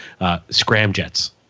scramjets